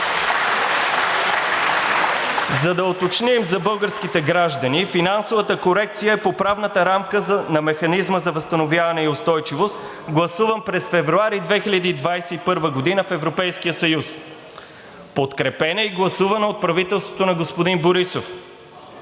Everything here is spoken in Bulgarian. За да уточним за българските граждани – финансовата корекция е по правната рамка на Механизма за възстановяване и устойчивост, гласуван през февруари 2021 г. в Европейския съюз, подкрепена и гласувана от правителството на господин Борисов.